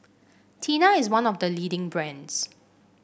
Tena is one of the leading brands